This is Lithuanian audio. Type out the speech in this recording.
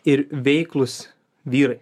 ir veiklūs vyrai